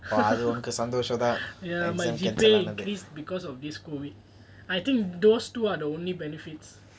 ya my G_P_A increase because of this COVID I think those two are the only benefits